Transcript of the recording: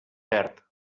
perd